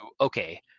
okay